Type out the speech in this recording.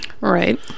Right